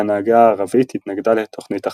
ההנהגה הערבית התנגדה לתוכנית החלוקה.